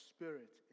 Spirit